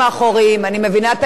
אני מבינה את ההתרגשות.